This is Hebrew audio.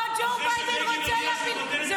או ג'ו ביידן רוצה להפיל ------ אחרי